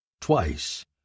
Twice